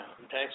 thanks